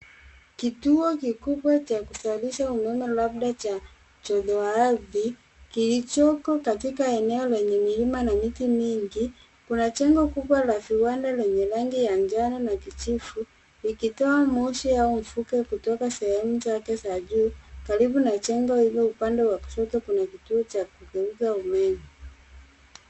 KItuo kikubwa cha kuzalisha umeme, labda cha joto ardhi, kilichoko katika eneo lenye milima na miti mingi. Kuna jengo kubwa la viwanda lenye rangi ya njano na kijivu, ikitoa moshi au mvuke kutoka sehemu zake za juu. Karibu na jengo hilo upande wa kushoto kuna kituo cha kugeuza umeme.